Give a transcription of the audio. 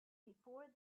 before